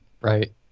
Right